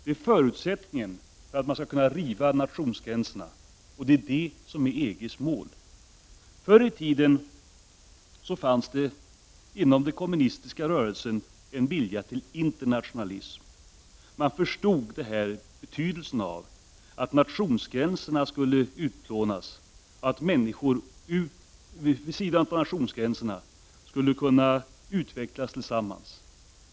Det är förutsättningen för att man skall kunna riva nationsgränserna, och det är det som är EG:s mål. Förr i tiden fanns det inom den kommunistiska rörelsen en vilja till internationalism. Man förstod betydelsen av att nationsgränserna skulle utplånas och av att människor vid sidan av nationsgränserna skulle kunna utvecklas tillsammans.